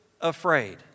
afraid